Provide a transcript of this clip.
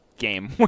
Game